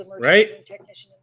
right